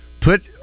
put